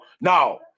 now